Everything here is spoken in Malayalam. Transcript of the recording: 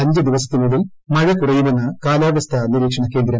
അഞ്ച് ദിവസത്തിനുള്ളിൽ മഴ കുറയുമെന്ന് കാലാവസ്ഥാ നിരീക്ഷണ കേന്ദ്രം